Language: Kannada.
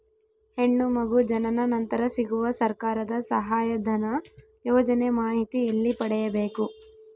ಹೆಣ್ಣು ಮಗು ಜನನ ನಂತರ ಸಿಗುವ ಸರ್ಕಾರದ ಸಹಾಯಧನ ಯೋಜನೆ ಮಾಹಿತಿ ಎಲ್ಲಿ ಪಡೆಯಬೇಕು?